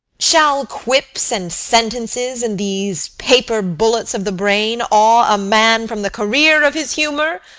shall quips and sentences and these paper bullets of the brain awe a man from the career of his humour?